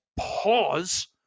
pause